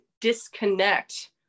disconnect